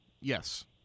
Yes